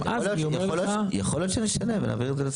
יכול להיות שנשנה את זה.